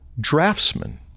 draftsman